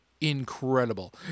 incredible